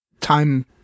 time